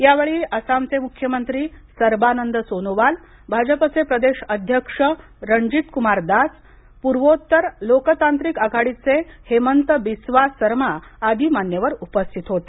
यावेळी आसामचे मुख्यमंत्री सर्बानंद सोनोवाल भाजपचे प्रदेश अध्यक्ष रणजीत कुमार दास पूर्वोत्तर लोकतांत्रिक आघाडीचे हेमंत बिस्वा सरमा आदी मान्यवर उपस्थित होते